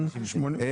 מיליון ₪,